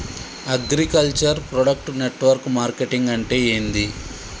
Agriculture product network marketing అంటే ఏంది?